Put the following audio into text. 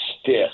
stiff